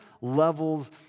levels